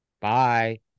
Bye